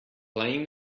playing